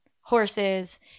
horses